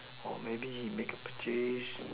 or maybe he make a purchase